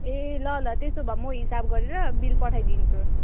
ए ल ल त्यसो भए म हिसाब गरेर बिल पठाइदिन्छु